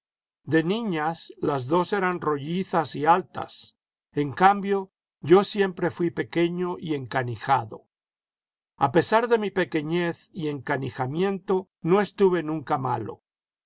de niñas las dos eran rollizas y altas en cambio yo siempre fui pequeño y encanijado a pesar de mi pequenez y encanijamiento no estuve nunca malo